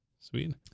Sweet